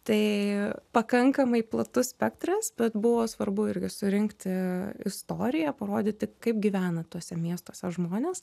tai pakankamai platus spektras bet buvo svarbu irgi surinkti istoriją parodyti kaip gyvena tuose miestuose žmonės